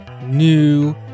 New